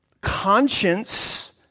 conscience